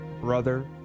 brother